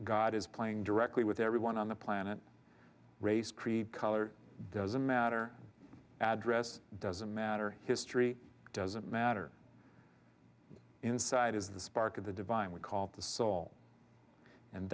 god is playing directly with everyone on the planet race creed color doesn't matter address doesn't matter history doesn't matter inside is the spark of the divine we call the soul and